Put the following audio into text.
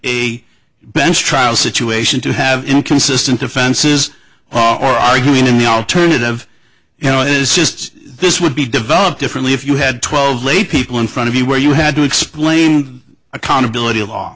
a bench trial situation to have inconsistent offenses oh or arguing in the alternative you know it is just this would be developed differently if you had twelve lay people in front of you where you had to explain accountability